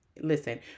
Listen